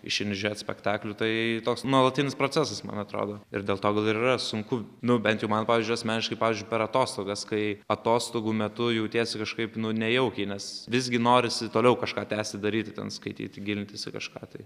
išeini žiūrėt spektaklių tai toks nuolatinis procesas man atrodo ir dėl to gal ir yra sunku nu bent jau man pavyzdžiui asmeniškai pavyzdžiui per atostogas kai atostogų metu jautiesi kažkaip nu nejaukiai nes visgi norisi toliau kažką tęsti daryti ten skaityti gilintis į kažką tai